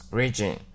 region